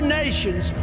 nations